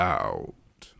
out